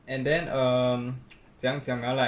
and then err 怎样讲 ah like